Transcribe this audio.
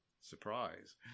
surprise